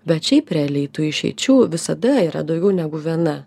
bet šiaip realiai tų išeičių visada yra daugiau negu viena